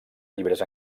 llibres